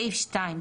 בסעיף 2,